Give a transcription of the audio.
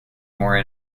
more